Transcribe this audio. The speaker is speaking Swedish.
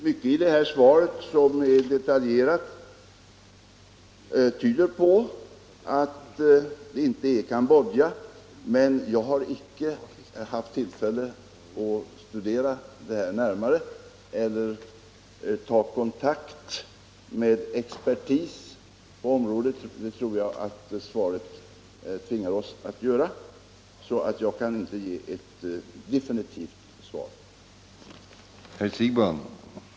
Herr talman! Mycket i svaret, som är detaljerat, tyder på att det inte är Cambodja. Men jag har icke haft tillfälle att studera svaret närmare eller att ta kontakt med expertis på området. Det tror jag svaret tvingar oss att göra, så jag kan inte ge något definitivt svar nu.